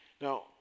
Now